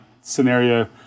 scenario